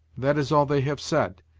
that is all they have said,